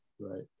Right